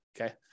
Okay